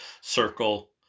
circle